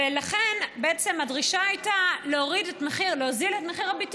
ולכן הדרישה הייתה להוזיל את הביטוח